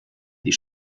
die